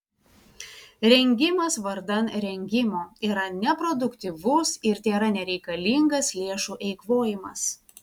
rengimas vardan rengimo yra neproduktyvus ir tėra nereikalingas lėšų eikvojimas